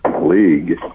league